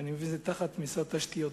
ואני מבין שגם הוא תחת משרד התשתיות.